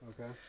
okay